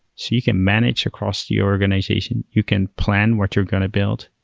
so you can manage across the organization. you can plan what you're going to build.